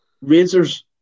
razors